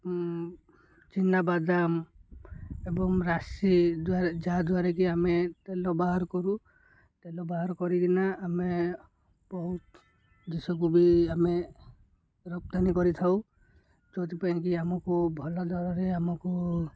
ଚିନାବାଦାମ ଏବଂ ରାଶି ଦାରା ଯାହାଦ୍ୱାରା କିି ଆମେ ତେଲ ବାହାର କରୁ ତେଲ ବାହାର କରିକିନା ଆମେ ବହୁତ ଦେଶକୁ ବି ଆମେ ରପ୍ତାନି କରିଥାଉ ଯେଉଁଥିପାଇଁ କିି ଆମକୁ ଭଲ ଦରରେ ଆମକୁ